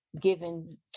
given